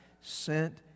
sent